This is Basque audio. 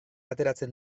ateratzen